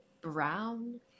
brown